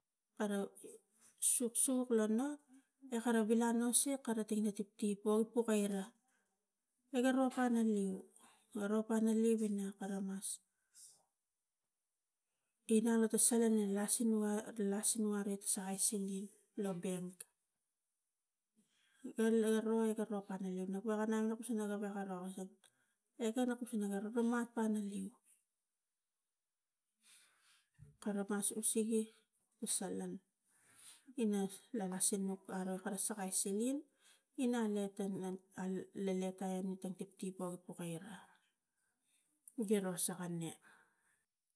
Kara soksok lo nu ia kara vilanosiak kara tangina tiptip o puka era ega ro pana leu oro pana leu ina kara mas inang lo ta salan ina lasineu lasineu are ta sakai sinling lo bank eke na kusune po mat tana leu, kawe ka gun sun suge ina salan ina lalas sinuk aro kara sakai siling ina anetang ngan an leletai ina tang tiptip o pokai ra, giro saka ne.